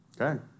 Okay